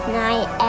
night